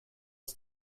ist